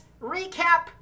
Recap